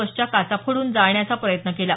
बसच्या काचा फोडून जाळण्याचा प्रयत्न केला